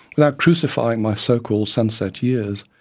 without crucifying my so-called sunset years?